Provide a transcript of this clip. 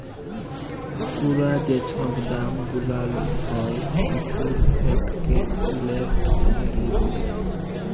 পুরা যে ছব দাম গুলাল হ্যয় কিছুর সেটকে লেট ভ্যালু ব্যলে